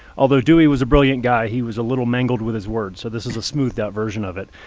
although dewey was a brilliant guy, he was a little mangled with his words. so this is a smoothed out version of it.